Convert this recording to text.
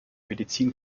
medizin